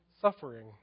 suffering